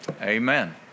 amen